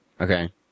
Okay